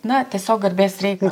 na tiesiog garbės reikal